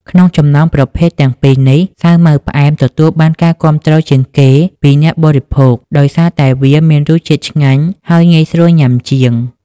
ក្នុងចំណោមប្រភេទទាំងពីរនេះ សាវម៉ាវផ្អែម ទទួលបានការគាំទ្រជាងគេពីអ្នកបរិភោគដោយសារតែវាមានរសជាតិឆ្ងាញ់ ហើយងាយស្រួលញ៉ាំជាង។